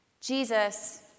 Jesus